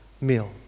meal